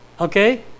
Okay